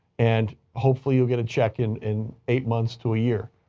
and hopefully you'll get a check in, in eight months to a year.